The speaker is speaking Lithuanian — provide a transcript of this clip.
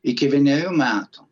iki vienerių metų